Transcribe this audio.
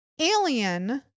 alien